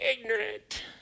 ignorant